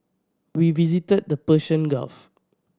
we visited the Persian Gulf